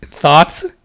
thoughts